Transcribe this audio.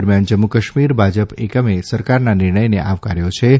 દરમિયાન જમ્મુ કાશ્મીર ભાજપ એકમે સરકારના નિર્ણથને આવકાર્યો છે